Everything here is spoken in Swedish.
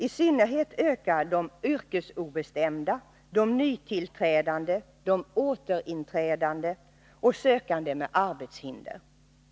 I synnerhet ökar de yrkesobestämda, de nytillträdande, de återinträdande och sökande med arbetshinder.